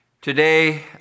today